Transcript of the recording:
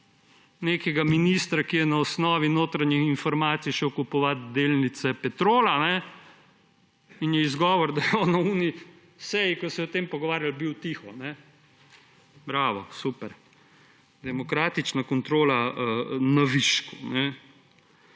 nekega ministra, ki je na osnovi notranjih informacij šel kupovat delnice Petrola, in je izgovor, da je na tisti seji, ko se je o tem pogovarjalo, bil tiho. Bravo, super. Demokratična kontrola na višku.